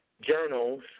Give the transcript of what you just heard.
journals